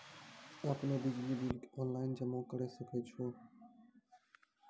आपनौ बिजली bill online जमा करै सकै छौ?